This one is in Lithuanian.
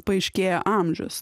paaiškėja amžius